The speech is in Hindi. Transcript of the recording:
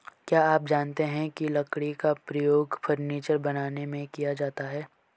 क्या आप जानते है लकड़ी का उपयोग फर्नीचर बनाने में किया जाता है?